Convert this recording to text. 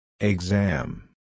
Exam